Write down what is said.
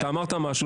אתה אמרת משהו,